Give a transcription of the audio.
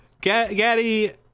Gaddy